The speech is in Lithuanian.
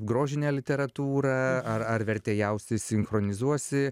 grožinę literatūrą ar ar vertėjausi sinchronizuosi